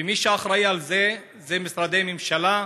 ומי שאחראי על זה הם משרדי ממשלה,